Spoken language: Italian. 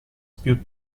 più